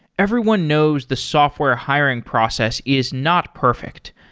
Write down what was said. everyone knows the software hiring process is not perfect,